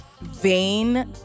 vain